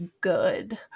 good